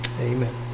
Amen